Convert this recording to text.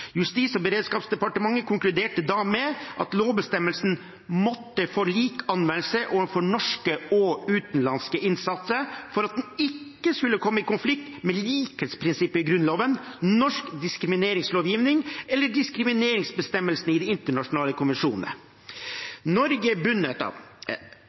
Justis- og beredskapsdepartementet konkluderte da med at lovbestemmelsen måtte få lik anvendelse overfor norske og utenlandske innsatte for at en ikke skulle komme i konflikt med likhetsprinsippet i Grunnloven, norsk diskrimineringslovgivning eller diskrimineringsbestemmelsene i de internasjonale konvensjonene.